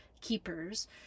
keepers